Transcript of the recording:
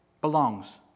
belongs